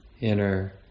inner